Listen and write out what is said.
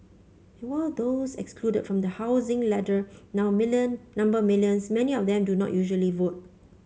and while those excluded from the housing ladder now million number millions many of them do not usually vote